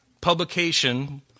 publication